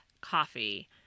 coffee